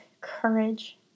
courage